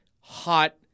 hot